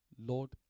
Lord